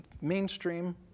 mainstream